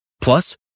Plus